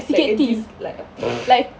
like uh this like a